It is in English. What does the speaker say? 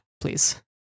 Please